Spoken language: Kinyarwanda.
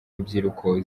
rubyiruko